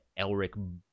Elric